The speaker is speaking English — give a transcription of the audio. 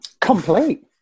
Complete